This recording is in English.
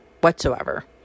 whatsoever